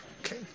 Okay